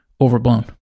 overblown